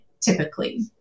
typically